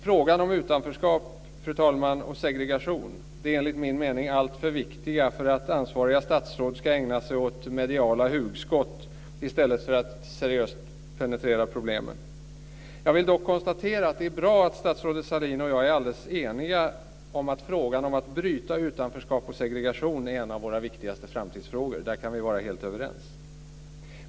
Frågor om utanförskap och segregation, fru talman, är enligt min mening alltför viktiga för att ansvariga statsråd ska ägna sig åt mediala hugskott i stället för att seriöst penetrera problemen. Jag vill dock konstatera att det är bra att statsrådet Sahlin och jag är alldeles eniga om att frågan om att bryta utanförskap och segregation är en av våra viktigaste framtidsfrågor. Där kan vi vara helt överens.